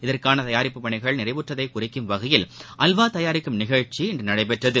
இதற்கான தயாரிப்புப் பணிகள் நிறைவுற்றதைக் குறிக்கும் வகையில் அல்வா தயாரிக்கும் நிகழ்ச்சி இன்று நடைபெற்றது